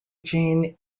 gene